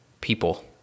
people